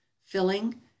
Filling